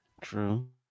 true